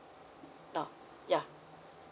now ya